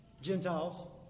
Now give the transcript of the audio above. Gentiles